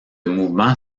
mouvement